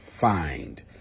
find